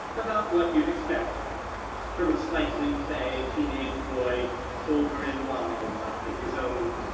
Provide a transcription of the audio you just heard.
about what you'd expect from a slightly fay teenage boy over-involved in his own,